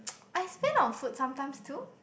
I spend on food sometimes too